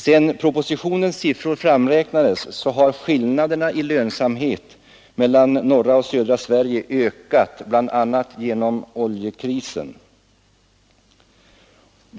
Sedan propositionens siffror framräknades har skillnaderna i lönsamhet mellan norra och södra Sverige ökat bl.a. genom oljekrisen.